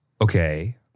okay